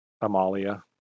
Amalia